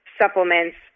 supplements